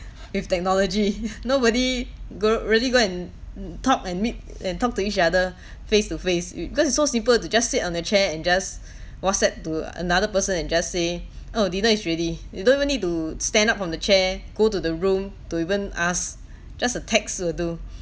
with technology nobody go really go and talk and meet and talk to each other face to face it because it's so simple to just sit on the chair and just whatsapp to another person and just say oh dinner is already you don't even need to stand up from the chair go to the room to even ask just a text will do